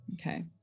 Okay